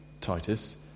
Titus